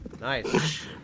Nice